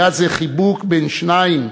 היה זה חיבוק בין שניים,